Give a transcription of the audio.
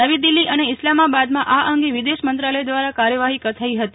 નવી દીલ્હી અને ઇસ્લામાબાદમાં આ અંગે વિદેશમંત્રાલય દ્વારા કાર્યવાહી થઇ હતી